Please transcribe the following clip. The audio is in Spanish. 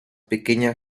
pequeña